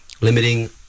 limiting